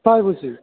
তাই বুঝি